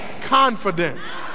confident